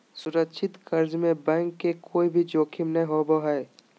सुरक्षित कर्ज में बैंक के कोय भी जोखिम नय होबो हय